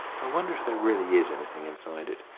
i wonder if there really is anything inside it.